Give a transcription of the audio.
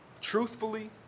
truthfully